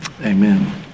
Amen